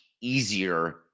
easier